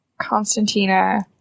Constantina